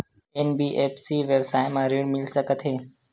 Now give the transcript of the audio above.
NBFC व्यवसाय मा ऋण मिल सकत हे